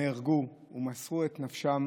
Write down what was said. נהרגו ומסרו את נפשם